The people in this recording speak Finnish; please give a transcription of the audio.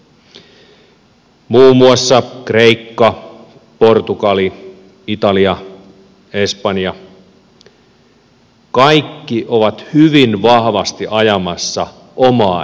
muun muassa kreikka portugali italia ja espanja ovat kaikki hyvin vahvasti ajamassa omaa etuaan